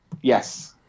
Yes